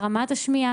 רמת השמיעה?